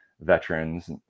veterans